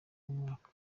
w’umwaka